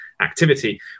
activity